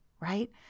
right